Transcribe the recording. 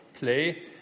play